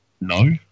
no